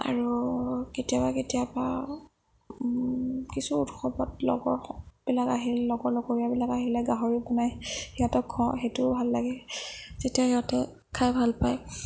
আৰু কেতিয়াবা কেতিয়াবা কিছু উৎসৱত লগৰবিলাক আহে লগৰ লগৰীয়াবিলাক আহিলে গাহৰি বনাই সিহঁতক খোৱাও সেইটোও ভাল লাগে যেতিয়া সিহঁতে খাই ভাল পায়